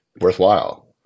worthwhile